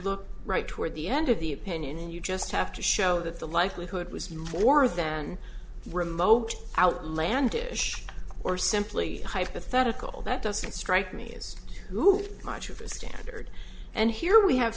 look right toward the end of the opinion and you just have to show that the likelihood was more than remote outlandish or simply hypothetical that doesn't strike me as who much of a standard and here we have